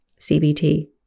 CBT